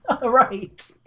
Right